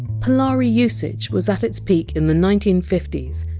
polari usage was at its peak in the nineteen fifty s,